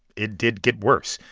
it did get worse.